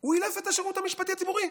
הוא אילף את השירות המשפטי הציבורי.